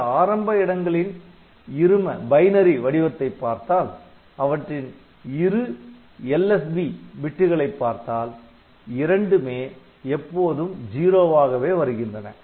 இந்த ஆரம்ப இடங்களின் இரும வடிவத்தை பார்த்தால் அவற்றின் இரு LSB மீக் குறை மதிப்பு பிட்டுகளை பார்த்தால் இரண்டுமே எப்போதும் "0" ஆகவே வருகின்றன